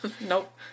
Nope